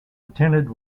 attended